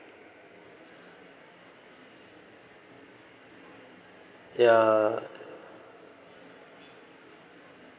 ya